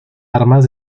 armas